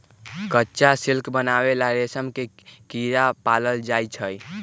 कच्चा सिल्क बनावे ला रेशम के कीड़ा पालल जाई छई